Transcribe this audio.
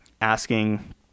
asking